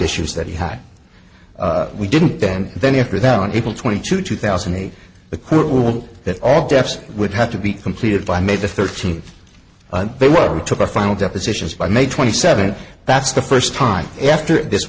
issues that he had we didn't then then after that on april twenty to two thousand and eight the court ruled that all deaths would have to be completed by made the thirteenth they were took a final depositions by may twenty seventh that's the first time after this